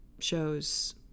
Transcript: shows